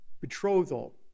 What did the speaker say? betrothal